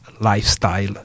lifestyle